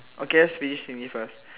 okay let's finish with me first